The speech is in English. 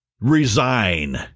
Resign